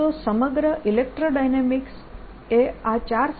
તો સમગ્ર ઇલેક્ટ્રોડાયનેમિક્સ એ આ ચાર સમીકરણો પર આધારિત છે